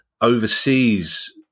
overseas